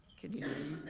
can you